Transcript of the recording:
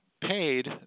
paid